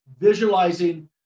visualizing